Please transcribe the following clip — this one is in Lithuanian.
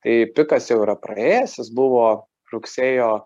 tai pikas jau yra praėjęs jis buvo rugsėjo